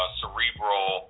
cerebral